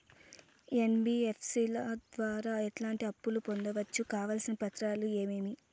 NBFC ల ద్వారా ఎట్లాంటి అప్పులు పొందొచ్చు? కావాల్సిన పత్రాలు ఏమేమి?